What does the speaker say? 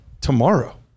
Tomorrow